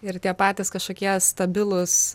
ir tie patys kažkokie stabilūs